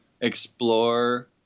explore